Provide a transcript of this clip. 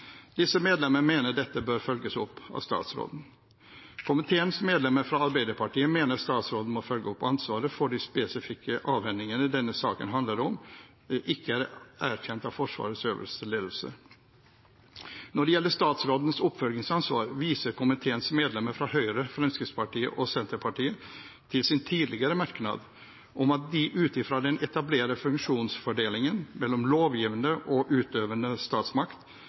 Disse medlemmer mener dette bør følges opp av statsråden. Komiteens medlemmer fra Arbeiderpartiet mener statsråden må følge opp at ansvaret for de spesifikke avhendingene denne saken handler om, ikke er erkjent av Forsvarets øverste ledelse. Når det gjelder statsrådens oppfølgingsansvar, viser komiteens medlemmer fra Høyre, Fremskrittspartiet og Senterpartiet til sin tidligere merknad om at de ut fra den etablerte funksjonsfordelingen mellom lovgivende og utøvende statsmakt